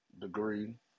degree